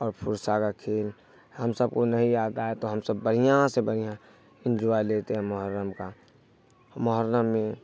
اور فرسہ کا کھیل ہم سب کو نہیں آ گئے تو ہم سب بڑیا سے بڑھیا انجوائے لیتے ہیں محرم کا محرم میں